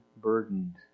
burdened